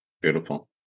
Beautiful